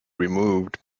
removed